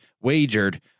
wagered